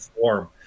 form